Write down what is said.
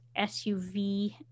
SUV